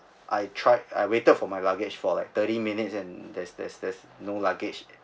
I tried I waited for my luggage for like thirty minutes then there's there's there's no luggage